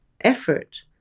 effort